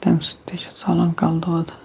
تَمہِ سۭتۍ تہِ چھِ ژَلان کَلہٕ دود